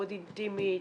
מאוד אינטימית,